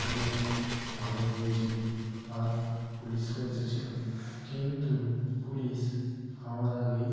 কুড়িজন মারাও গিয়েছিল আর পুলিশও এসেছিল কিন্তু পুলিশ আমার আগেই